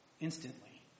instantly